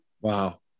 wow